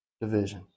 Division